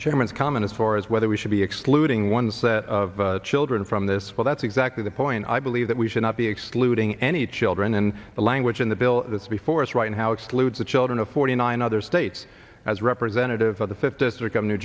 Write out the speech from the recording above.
chairman's comment as far as whether we should be excluding one set of children from this but that's exactly the point i believe that we should not be excluding any children and the language in the bill that's before us right now excludes the children of forty nine other states as representative of the fifth district of new